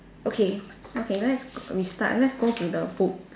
okay okay let's restart let's go to the book